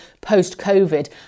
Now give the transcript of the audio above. post-COVID